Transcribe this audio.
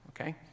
okay